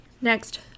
Next